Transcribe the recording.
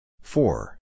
Four